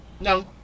No